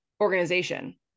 organization